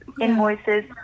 invoices